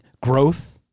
growth